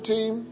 Team